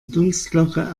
dunstglocke